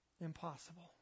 impossible